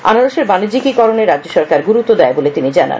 আনারসের বানিজিকরণে রাজ্য সরকার গুরুত্ব দেয় বলে তিনি জানান